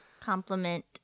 Compliment